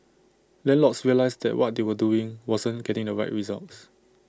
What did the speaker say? landlords realised that what they were doing wasn't getting the right results